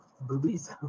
Boobies